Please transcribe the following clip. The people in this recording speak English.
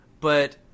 but-